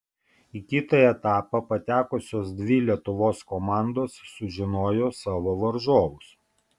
į kitą etapą patekusios dvi lietuvos komandos sužinojo savo varžovus